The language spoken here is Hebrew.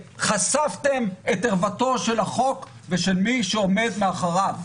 חשפתם את ערוותו של החוק ושל מי שעומד מאחוריו.